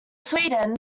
sweden